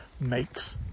makes